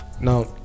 now